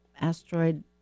asteroid